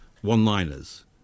one-liners